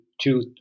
two